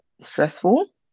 stressful